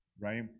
right